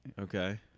Okay